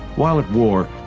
while at war,